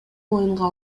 моюнга